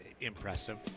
impressive